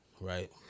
right